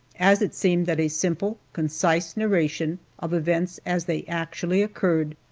as it seemed that a simple, concise narration of events as they actually occurred,